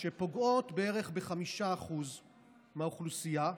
שפוגעות בערך ב-5% מהאוכלוסייה.